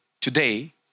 today